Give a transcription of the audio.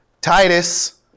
Titus